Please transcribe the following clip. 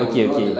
okay okay